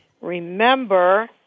remember